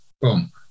boom